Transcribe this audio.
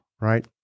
right